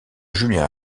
julien